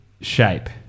shape